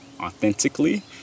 authentically